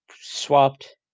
swapped